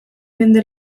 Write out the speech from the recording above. mende